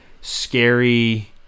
scary